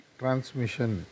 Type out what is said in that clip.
transmission